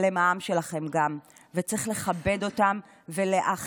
אבל גם הם העם שלכם, וצריך לכבד אותם ולהכיל.